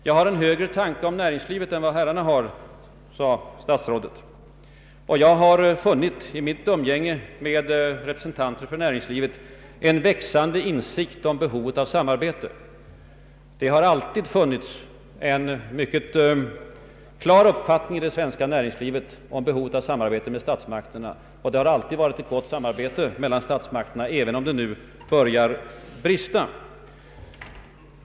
Jag har en högre tanke om näringslivet än vad herrarna har, sade statsrådet Wickman, och jag har i mitt umgänge med representanter för näringslivet funnit en växande insikt om behovet av samarbete, menade han vidare. Ja, herr talman, det har alltid funnits en bestämd uppfattning i det svenska näringslivet om behovet av samarbete med statsmakterna. I regel har också samarbetet med statsmakterna varit gott, även om det nu börjat brista.